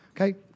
Okay